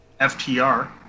FTR